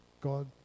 God